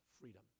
freedom